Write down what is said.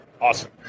Awesome